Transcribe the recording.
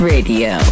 Radio